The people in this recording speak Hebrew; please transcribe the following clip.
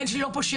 הבן שלי לא פושע,